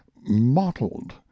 mottled